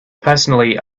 personally